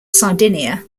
sardinia